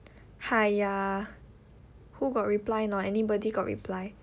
!haiya! who got reply or not anybody got reply